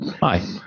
hi